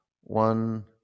One